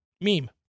meme